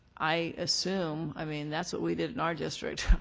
i assume i mean that's what we did in our district.